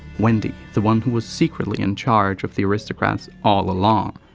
wendy, the one who was secretly in charge of the aristocrats all along,